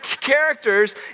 characters